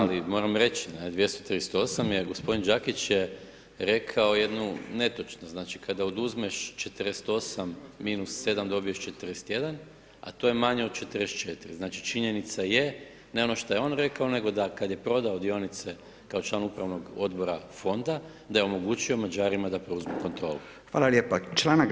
Pa da, al moram reći, 238. jer g. Đakić je rekao jednu netočnost, znači, kada oduzmeš 48-7 dobiješ 41, a to je manje od 44, znači, činjenica je, ne ono što je on rekao, nego da kad je prodao dionice, kao član upravnog odbora fonda da je omogućio Mađarima da preuzmu kontrolu.